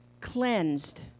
cleansed